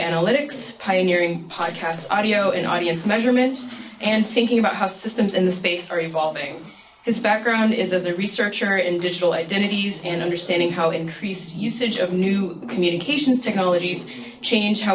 analytics pioneering podcasts audio and audience measurement and thinking about how systems in the space are evolving his background is as a researcher in digital identities and understanding how increased usage of new communications technologies change how